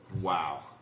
Wow